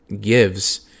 gives